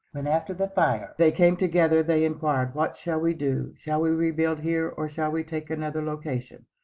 when, after the fire, they came together, they inquired, what shall we do? shall we rebuild here or shall we take another location?